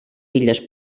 illes